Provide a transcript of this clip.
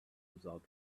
without